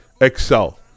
excel